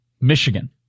Michigan